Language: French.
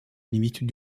limite